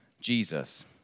Jesus